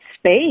space